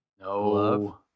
No